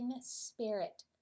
spirit